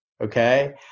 Okay